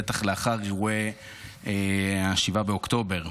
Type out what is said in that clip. בטח לאחר אירועי 7 באוקטובר,